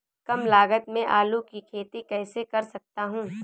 कम लागत में आलू की खेती कैसे कर सकता हूँ?